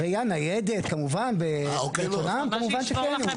רעייה ניידת ב --- כמובן שכן.